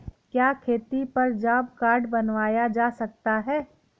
क्या खेती पर जॉब कार्ड बनवाया जा सकता है?